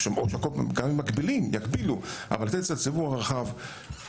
כלומר יגבילו אבל יתנו לציבור הרחב להחליט מי.